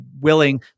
willing